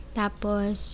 tapos